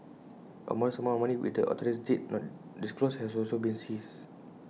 A modest amount of money which the authorities did not disclose has also been seized